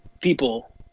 people